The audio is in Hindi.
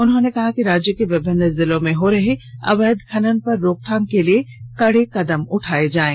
मुख्यमंत्री ने कहा कि राज्य के विभिन्न जिलों में हो रहे अवैध खनन पर रोकथाम के लिए कड़े कदम उठाए जाएं